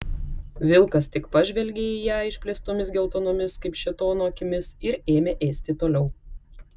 vilkas tik pažvelgė į ją išplėstomis geltonomis kaip šėtono akimis ir ėmė ėsti toliau